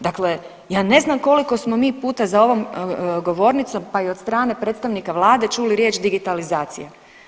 Dakle, ja ne znam koliko smo mi puta za ovom govornicom, pa i od strane predstavnika vlade čuli riječ digitalizacija.